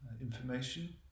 information